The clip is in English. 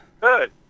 Good